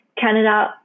Canada